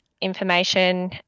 information